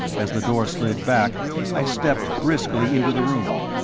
as the door slid back i stepped briskly into the room.